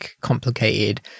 complicated